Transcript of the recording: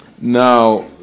Now